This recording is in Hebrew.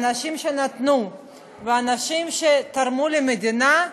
אנשים שנתנו ותרמו למדינה,